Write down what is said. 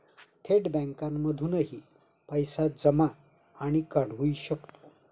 थेट बँकांमधूनही पैसे जमा आणि काढुहि शकतो